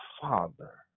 father